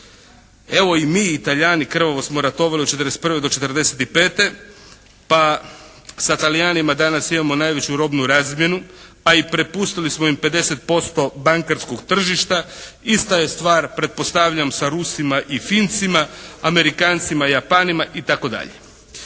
Evo i mi i Talijani krvavo smo ratovali od '41. do '45. pa sa Talijanima danas imamo najveću robnu razmjenu, a i prepustili smo im 50% bankarskog tržišta. Ista je stvar pretpostavljam sa Rusima i Fincima, Amerikancima, Japanima itd.